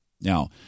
Now